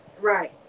Right